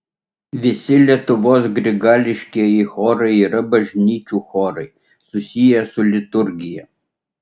visi lietuvos grigališkieji chorai yra bažnyčių chorai susiję su liturgija